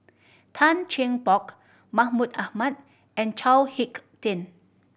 Tan Cheng Bock Mahmud Ahmad and Chao Hick Tin